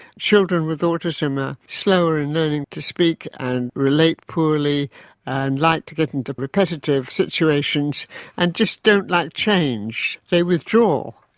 children with autism are slower in learning to speak and relate poorly and like to get into repetitive situations and just don't like change, they withdraw,